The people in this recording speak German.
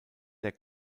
der